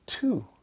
two